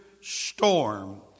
storm